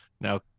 now